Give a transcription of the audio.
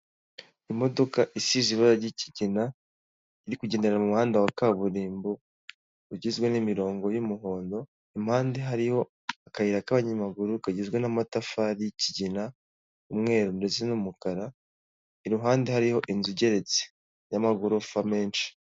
Imodoka isize ibara ry'ikigina iri kugendera mu muhanda wa kaburimbo ugizwe n'imirongo y'umuhondo, impande hariho akayira k'abanyamaguru kagizwe n'amatafari y'ikigina, umweru ndetse n'umukara, iruhande hariho inzu igeretse y'amagorofa menshi.